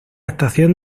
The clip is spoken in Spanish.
estación